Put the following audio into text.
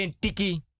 tiki